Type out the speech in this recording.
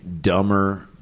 dumber